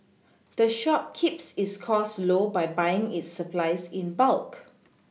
the shop keeps its costs low by buying its supplies in bulk